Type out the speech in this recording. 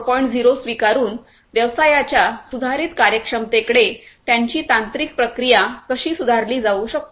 0 स्वीकारून व्यवसायाच्या सुधारित कार्यक्षमतेकडे त्यांची तांत्रिक प्रक्रिया कशी सुधारली जाऊ शकते